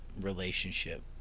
relationship